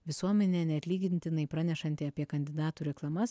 visuomenė neatlygintinai pranešanti apie kandidatų reklamas